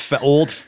Old